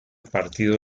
partido